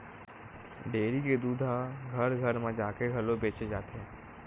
dairy के दूद ह घर घर म जाके घलो बेचे जाथे